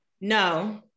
No